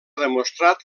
demostrat